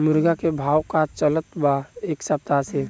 मुर्गा के भाव का चलत बा एक सप्ताह से?